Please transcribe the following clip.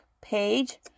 page